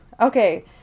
Okay